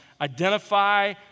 Identify